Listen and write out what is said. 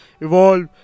evolve